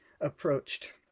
approached